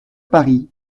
paris